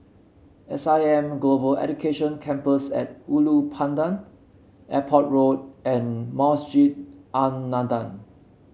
S I M Global Education Campus at Ulu Pandan Airport Road and Masjid An Nahdhah